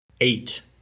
eight